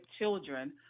children